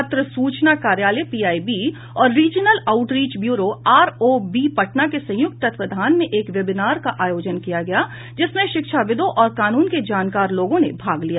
पत्र सूचना कार्यालय पीआईबी और regional outreach bureau ROB Patna के संयुक्त तत्वावधान में एक वेबिनार का आयोजन किया गया जिसमें शिक्षाविदों और कानून के जानकार लोगों ने भाग लिया